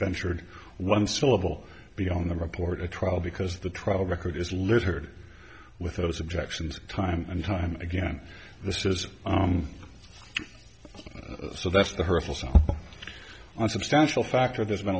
ventured one syllable beyond the report a trial because the trial record is littered with those objections time and time again this is so that's the hurtful so i substantial factor there's been